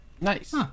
Nice